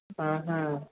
అహా